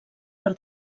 per